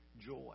joy